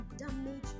Damage